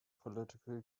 political